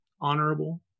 honorable